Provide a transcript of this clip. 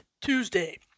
Tuesday